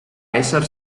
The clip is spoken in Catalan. ésser